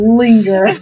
linger